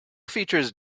features